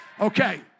Okay